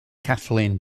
kathleen